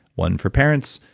one for parents,